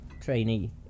trainee